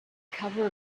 cover